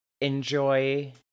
enjoy